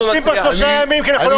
זה משתלב עם הטענה של יאיר שבמוסד חינוכי